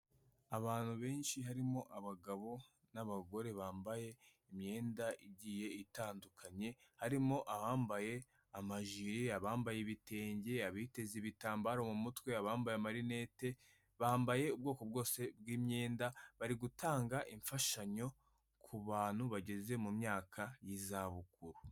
Abantu benshi harimo abagabo n'abagore, bambaye imyenda igiye itandukanye, harimo abambaye amajiri, abambaye ibitenge, abiteze ibitambaro mu mutwe, abambaye amarinete, bambaye ubwoko bwose bw'imyenda, bari gutanga imfashanyo ku bantu bageze mu myaka y'izabukuru.